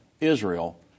Israel